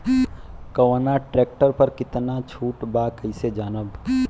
कवना ट्रेक्टर पर कितना छूट बा कैसे जानब?